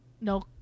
no